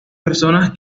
personas